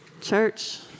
Church